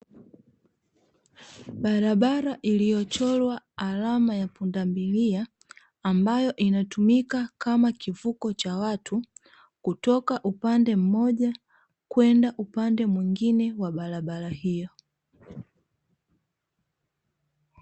Barabara iliyochorwa alama ya pundamilia, ambayo inatumika kama kivuko cha watu, kutoka upande mmoja kwenda upande mwingine wa barabara hiyo.